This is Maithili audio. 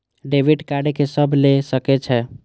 डेबिट कार्ड के सब ले सके छै?